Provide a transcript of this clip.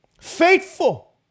faithful